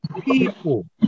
people